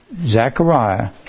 Zechariah